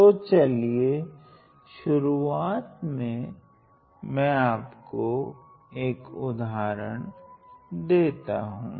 तो चलिए शुरुआत में मैं आपको एक उदाहरण देता हूँ